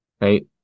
right